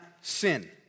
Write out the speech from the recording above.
sin